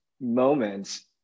moments